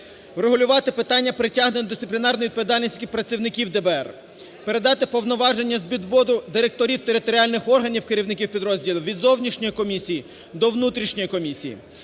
врегулювати питання притягнення до дисциплінарної відповідальності працівників ДБР; передати повноваження з відводу директорів територіальних органів, керівників підрозділів від зовнішньої комісії до внутрішньої комісії.